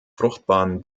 fruchtbaren